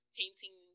painting